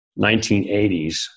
1980s